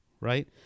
right